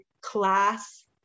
class